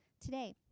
today